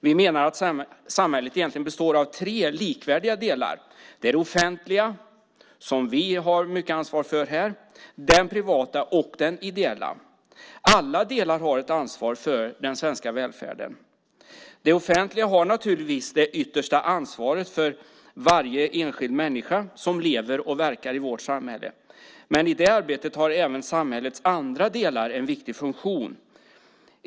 Vi menar att samhället egentligen består av tre likvärdiga delar. Det är den offentliga, som vi har mycket ansvar för här, den privata och den ideella. Alla delar har ett ansvar för den svenska välfärden. Det offentliga har naturligtvis det yttersta ansvaret för varje enskild människa som lever och verkar i vårt samhälle, men i det arbetet har även samhällets andra delar en viktig funktion.